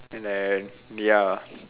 and then ya